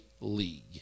league